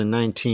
2019